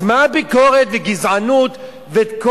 אז מה הביקורת, וגזענות, וכל